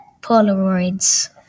Polaroids